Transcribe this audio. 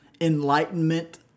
enlightenment